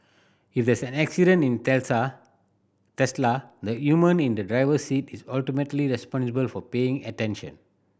if there's an accident in the human in the driver's seat is ultimately responsible for paying attention